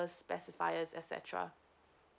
specify as et cetera